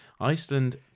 Iceland